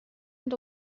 and